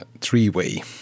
three-way